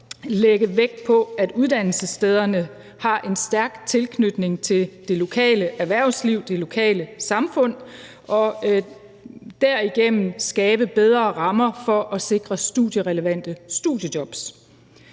lægge vægt på, at uddannelsesstederne har en stærk tilknytning til det lokale erhvervsliv, det lokale samfund og derigennem skabe bedre rammer for at sikre studierelevante studiejobs.